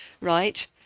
right